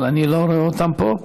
אבל אני לא רואה אותם פה.